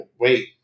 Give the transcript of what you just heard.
wait